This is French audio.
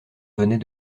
venait